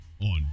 on